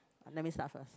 let me start first